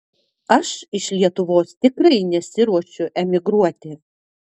aš iš lietuvos tikrai nesiruošiu emigruoti